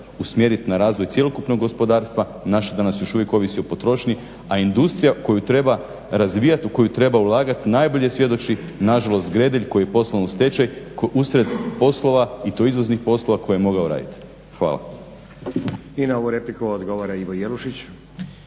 usmjeriti na razvoj cjelokupnog gospodarstva, naše danas još uvijek ovisi o potrošnji, a industrija koju treba razvijati u koju treba ulagati najbolje svjedoči nažalost Gredelj koji je poslan u stečaj usred poslova i to izvoznih poslova koje je mogao raditi. Hvala. **Stazić, Nenad (SDP)** I na ovu repliku odgovara Ivo Jelušić.